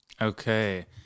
Okay